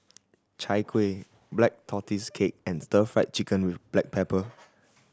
Chai Kueh Black Tortoise Cake and Stir Fried Chicken with black pepper